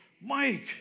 Mike